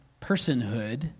personhood